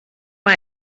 why